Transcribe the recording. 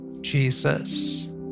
Jesus